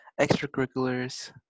extracurriculars